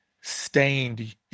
stained